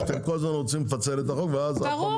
שאתם כל הזמן רוצים לפצל את החוק ואז --- ברור,